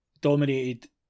dominated